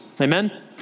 Amen